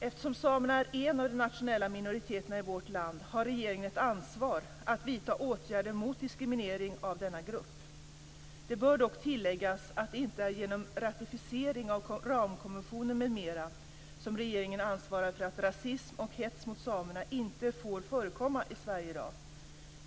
Eftersom samerna är en av de nationella minoriteterna i vårt land har regeringen ett ansvar att vidta åtgärder mot diskriminering av denna grupp. Det bör dock tilläggas att det inte är genom ratificering av ramkonventionen m.m. som regeringen ansvarar för att rasism och hets mot samerna inte får förekomma i Sverige i dag.